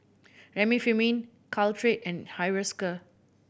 Remifemin Caltrate and Hiruscar